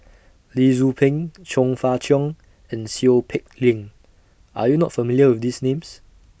Lee Tzu Pheng Chong Fah Cheong and Seow Peck Leng Are YOU not familiar with These Names